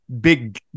big